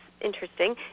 interesting